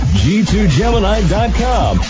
g2gemini.com